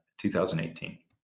2018